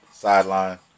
sideline